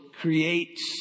creates